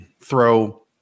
throw